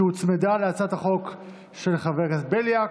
שהוצמדה להצעת החוק של חבר הכנסת בליאק.